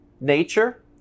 nature